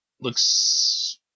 Looks